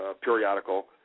periodical